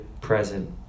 present